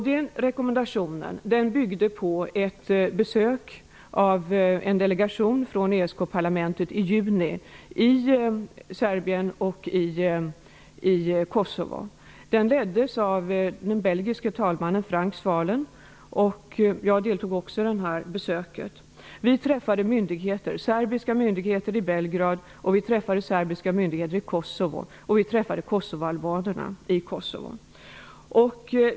Den rekommendationen byggde på ett besök i juni av en delegation från ESK-parlamentet i Serbien och i Swaellen; jag deltog också i besöket. Vi träffade serbiska myndigheter i Belgrad och i Kosovo, och vi träffade kosovoalbanerna i Kosovo.